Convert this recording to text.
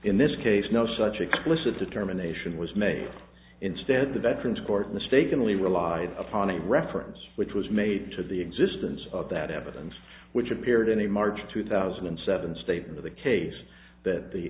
in this case no such explicit determination was made instead the veterans court mistakenly relied upon a reference which was made to the existence of that evidence which appeared in a march two thousand and seven state of the case that the